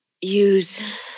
use